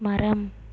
மரம்